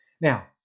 Now